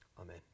Amen